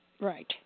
right